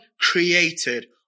created